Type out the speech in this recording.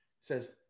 says